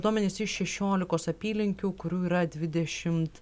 duomenys iš šešiolikos apylinkių kurių yra dvidešimt